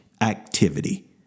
activity